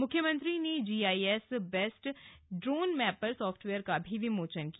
मुख्यमंत्री ने GIS based drone mapper software का भी विमोचन किया